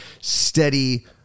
steady